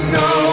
no